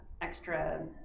extra